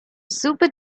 super